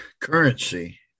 Currency